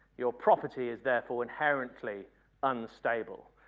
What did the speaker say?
your property is therefore inherently unstable.